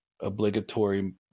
obligatory